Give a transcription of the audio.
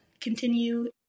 continue